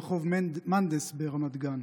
ברחוב מנדס ברמת גן.